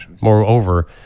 Moreover